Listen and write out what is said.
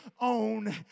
own